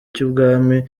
cy’ubwami